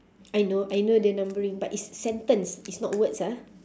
I know I know the numbering but it's sentence it's not words ah